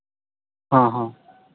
ᱦᱚᱸ ᱦᱚᱸ